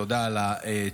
תודה על התשובה.